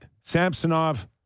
Samsonov